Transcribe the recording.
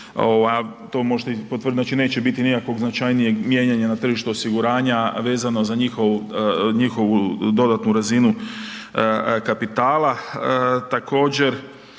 to možete i potvrditi, znači neće biti nikakvog značajnijeg mijenjana na tržištu osiguranja vezano za njihovu dodatnu razinu kapitala. Također,